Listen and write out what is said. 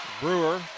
Brewer